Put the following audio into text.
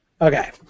Okay